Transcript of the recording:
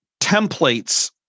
Templates